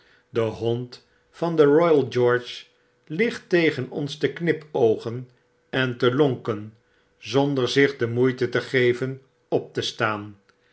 de hond van den royal george ligt tegen ons te knipoogen en te lonken zonder zich demoeite te geven op te staan